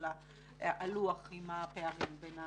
של הלוח עם הפערים בין הקופות.